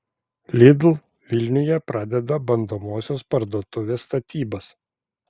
lidl vilniuje pradeda bandomosios parduotuvės statybas